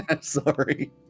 Sorry